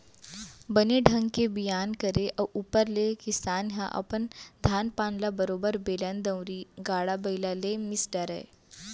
बने ढंग के बियान करे ऊपर ले किसान ह अपन धान पान ल बरोबर बेलन दउंरी, गाड़ा बइला ले मिस डारय